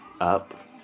up